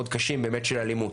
מאוד קשים באמת של אלימות,